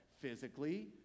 physically